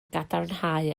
gadarnhau